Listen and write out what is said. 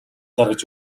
гаргаж